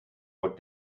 what